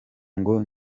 ngo